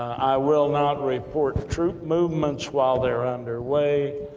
i will not report troop movements, while they're underway.